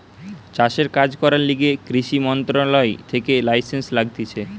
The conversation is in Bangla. চাষের কাজ করার লিগে কৃষি মন্ত্রণালয় থেকে লাইসেন্স লাগতিছে